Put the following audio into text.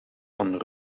van